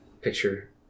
picture